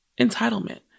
Entitlement